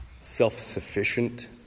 self-sufficient